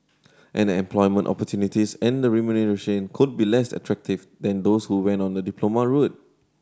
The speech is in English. and an employment opportunities and remuneration could be less attractive than those who went on a diploma route